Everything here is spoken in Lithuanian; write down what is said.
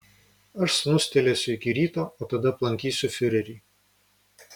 aš snustelėsiu iki ryto o tada aplankysiu fiurerį